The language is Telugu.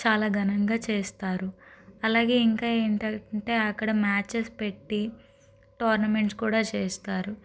చాలా ఘనంగా చేస్తారు అలాగే ఇంకా ఏంటంటే అక్కడ మ్యాచెస్ పెట్టి టోర్నమెంట్స్ కూడా చేస్తారు